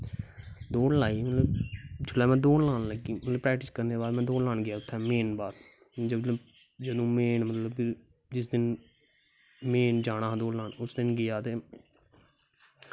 दौड़ लाई मतलब जिसलै में दौड़ लान लग्गी प्रैक्टिस करने दे बाद में दौड़ लान गेआ उत्थै मेन बाग जदूं मेन मतलब कि जिस दिन मेन जाना हा दौड़ लान ते उस दिन गेआ ते